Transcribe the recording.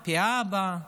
על פי אבא,